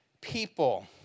people